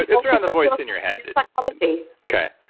it's around the voice in your head. in psychology. okay.